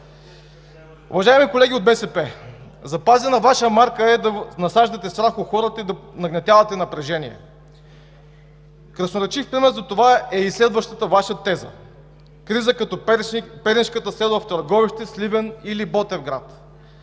Уважаеми колеги от БСП, запазена Ваша марка е да насаждате страх у хората и да нагнетявате напрежение. Красноречив пример за това е и следващата Ваша теза: криза като пернишката следва в Търговище, Сливен или Ботевград.